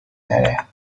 نره